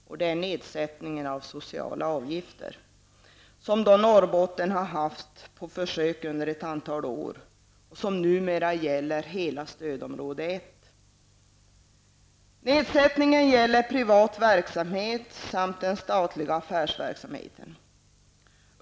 Det gäller då nedsättningen av sociala avgifter. Det här har förekommit som en försöksverksamhet i Norrbotten under ett antal år och gäller numera i hela stödområde 1. Nedsättningen gäller privat verksamhet samt den statliga affärsverksamheten.